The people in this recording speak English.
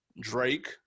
Drake